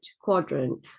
quadrant